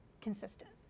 consistent